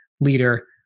leader